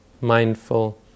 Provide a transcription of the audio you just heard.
mindful